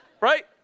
Right